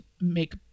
make